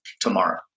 tomorrow